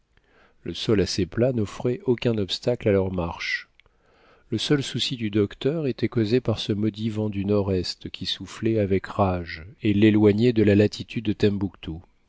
le sol assez plat n'offrait aucun obstacle à leur marche le seul souci du docteur était causé par ce maudit vent du nord-est qui soufflait avec rage et l'éloignait de la latitude